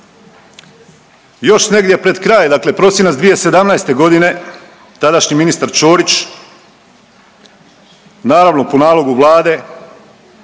Još negdje pred kraj, dakle prosinca 2017. g., tadašnji ministar Ćorić, naravno po nalogu Vlade,